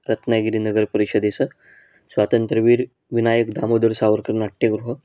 रत्नागिरी नगर परिषदेचं स्वातंत्रवीर विनायक दामोदर सावरकर नाट्यगृह